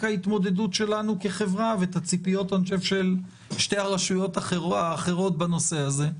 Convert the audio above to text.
ההתמודדות שלנו כחברה ואת הציפיות של שתי הרשויות האחרות בנושא הזה,